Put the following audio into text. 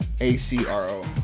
A-C-R-O